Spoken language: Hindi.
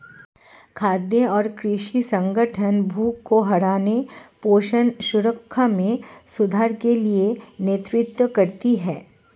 खाद्य और कृषि संगठन भूख को हराने पोषण सुरक्षा में सुधार के लिए नेतृत्व करती है